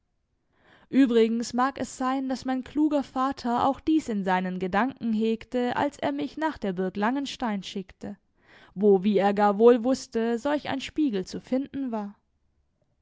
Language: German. übrigens mag es sein daß mein kluger vater auch dies in seinen gedanken hegte als er mich nach der burg langenstein schickte wo wie er gar wohl wußte solch ein spiegel zu finden war